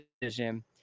decision